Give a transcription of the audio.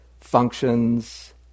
functions